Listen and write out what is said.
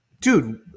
dude